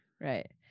Right